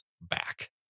back